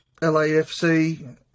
LAFC